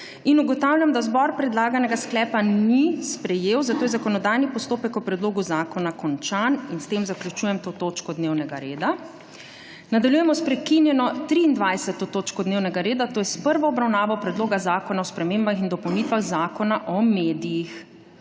Ugotavljam, da zbor predlaganega sklepa ni sprejel, zato je zakonodajni postopek o predlogu zakona končan in s tem zaključujem to točko dnevnega reda. Nadaljujemo sprekinjeno 23. točko dnevnega reda, to je s prvo obravnavo Predloga zakona o spremembah in dopolnitvah Zakona o medijih.